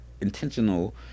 intentional